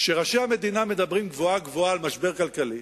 כשראשי המדינה מדברים גבוהה-גבוהה על משבר כלכלי,